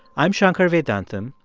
i'm shankar vedantam,